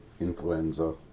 influenza